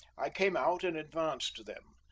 i came out and advanced to them,